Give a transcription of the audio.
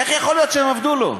איך יכול להיות שהם עבדו לו?